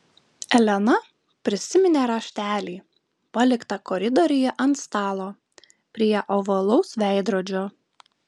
elena prisiminė raštelį paliktą koridoriuje ant stalo prie ovalaus veidrodžio